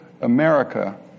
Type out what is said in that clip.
America